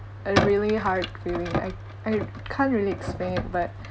a really hard feeling I I can't really explain it but